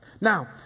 Now